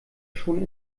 schon